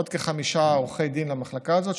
עוד כחמישה עורכי דין למחלקה הזאת,